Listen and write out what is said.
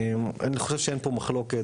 אני חושב שאין פה מחלוקת,